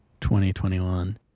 2021